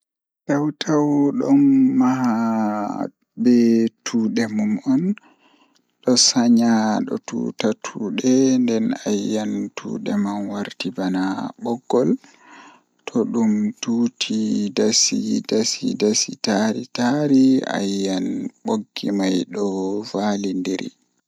To a paɗi paɗe ma woodi So aɗa waawi bandude seɗɗe, naatude ɗaɓɓude e jawdi. Foti hokke tiiɗo ngam firti reeri e dowla. Naatude laawol ɗum kadi no daɗɗo, suusi. Aɗa wiiɗi gaasooje ngal fii anndude. Naatude ndiyam goɗɗum ngol ko daɗɗo. Wakkil ngal